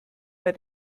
bei